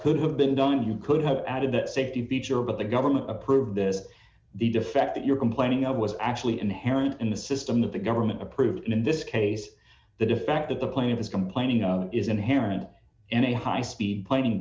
could have been done you could have added that safety feature but the government approved this the defect that you're complaining of was actually inherent in the system that the government approved in this case the defect that the plaintiff is complaining of is inherent in a high speed